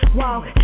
walk